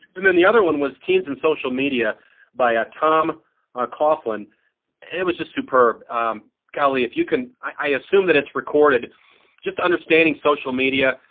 and then the other one was teens and social media by a tom coughlin and it was just superb golly if you can. i assume that it's recorded just understanding social media.